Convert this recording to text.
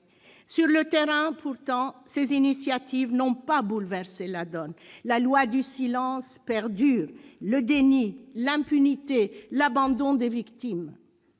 Sur le terrain, pourtant, ces initiatives n'ont pas bouleversé la donne. La loi du silence, le déni, l'impunité des agresseurs, l'abandon des victimes